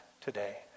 today